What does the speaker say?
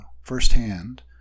firsthand